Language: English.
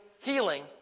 healing